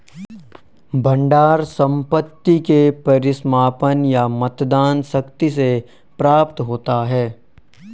भंडार संपत्ति के परिसमापन या मतदान शक्ति से प्राप्त होता है